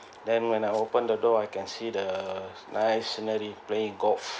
then when I open the door I can see the nice scenery playing golf